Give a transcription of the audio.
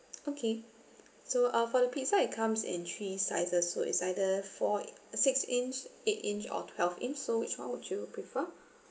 okay so uh for the pizza it comes in three sizes so is either for six inch eight inch or twelve inch so which [one] would you prefer